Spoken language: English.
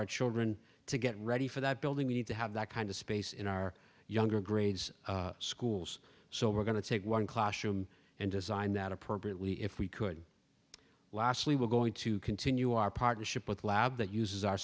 our children to get ready for that building we need to have that kind of space in our younger grades schools so we're going to take one classroom and design that appropriately if we could lastly we're going to continue our partnership with lab that uses our